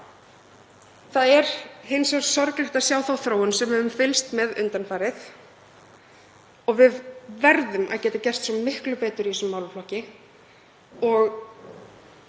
Það er hins vegar sorglegt að sjá þá þróun sem við höfum fylgst með undanfarið. Við verðum að geta gert svo miklu betur í þessum málaflokki og